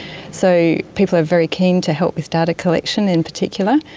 so people are very keen to help with data collection in particular.